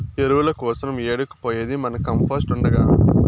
ఎరువుల కోసరం ఏడకు పోయేది మన కంపోస్ట్ ఉండగా